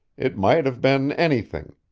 it might have been anything.